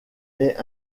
est